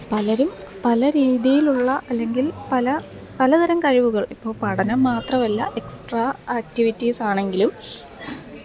പലരും പല രീതീലുള്ള അല്ലെങ്കില് പല പലതരം കഴിവുകള് ഇപ്പോൾ പഠനം മാത്രമല്ല എക്സ്ട്രാ ആക്റ്റിവിറ്റീസാണെങ്കിലും